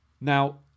now